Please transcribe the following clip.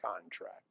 contract